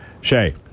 Shay